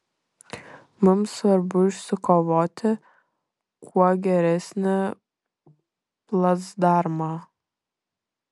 mums svarbu išsikovoti kuo geresnį placdarmą